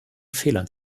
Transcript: fehlern